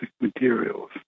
materials